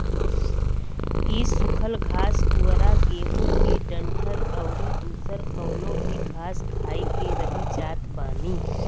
इ सुखल घास पुअरा गेंहू के डंठल अउरी दुसर कवनो भी घास खाई के रही जात बानी